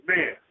Man